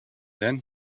then